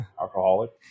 alcoholic